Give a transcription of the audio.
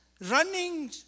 running